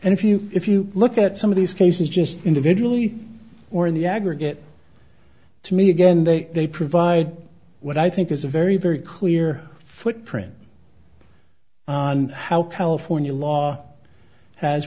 and if you if you look at some of these cases just individually or in the aggregate to me again they they provide what i think is a very very clear footprint on how california